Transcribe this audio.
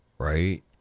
right